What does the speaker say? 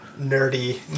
nerdy